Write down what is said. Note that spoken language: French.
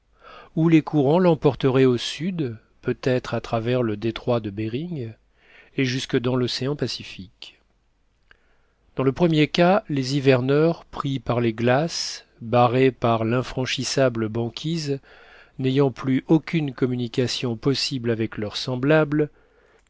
ou les courants l'emporteraient au sud peut-être à travers le détroit de behring et jusque dans l'océan pacifique dans le premier cas les hiverneurs pris par les glaces barrés par l'infranchissable banquise n'ayant plus aucune communication possible avec leurs semblables